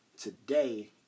Today